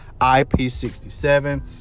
IP67